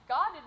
God